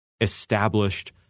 established